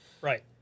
Right